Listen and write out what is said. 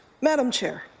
madam chair,